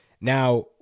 Now